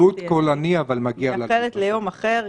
אמרתי שאני מאחלת ליום אחר.